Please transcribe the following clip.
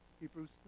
Hebrews